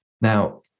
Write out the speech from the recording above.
Now